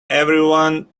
everyone